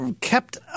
kept